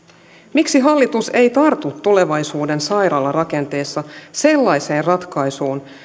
miksi hallitus ei tartu tulevaisuuden sairaalarakenteessa sellaiseen ratkaisuun